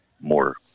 more